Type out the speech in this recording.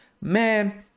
man